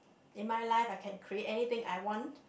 in my life I can create anything I want